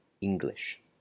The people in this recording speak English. English